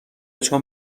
چون